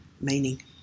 meaning